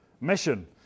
mission